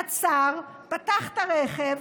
עצר, פתח את הרכב,